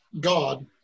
God